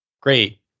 Great